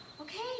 okay